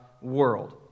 world